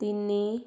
ତିନି